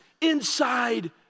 inside